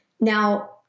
Now